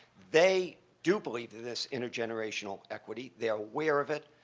they do believe in this intergenerational equity. they are aware of it.